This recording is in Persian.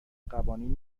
قوانین